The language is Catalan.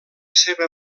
seva